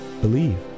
Believe